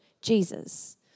Jesus